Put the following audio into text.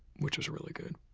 which was really good.